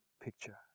picture